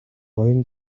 уян